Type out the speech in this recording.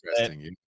interesting